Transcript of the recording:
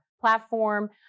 platform